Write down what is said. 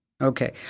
Okay